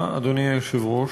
אדוני היושב-ראש,